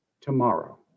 Tomorrow